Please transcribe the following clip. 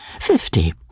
fifty